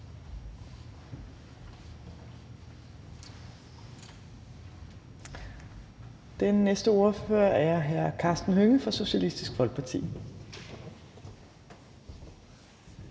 Den næste ordfører er hr. Karsten Hønge fra Socialistisk Folkeparti.